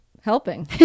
helping